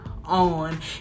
On